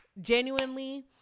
genuinely